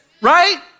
right